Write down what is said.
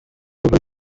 will